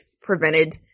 prevented